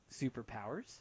superpowers